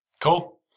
cool